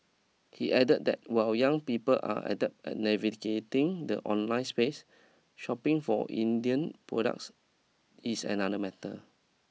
he added that while young people are adept at navigating the online space shopping for Indian products is another matter